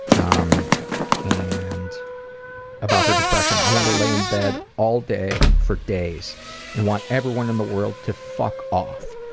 um and about her depression i want to lay in bed all day for days and want everyone in the world to fuck off,